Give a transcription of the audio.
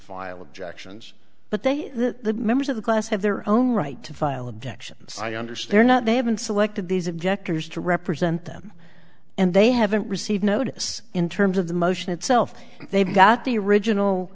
file objections but they that the members of the class have their own right to file objections i understand that they have been selected these objectors to represent them and they haven't received notice in terms of the motion itself they've got the original